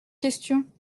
questions